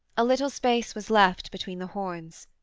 a little space was left between the horns,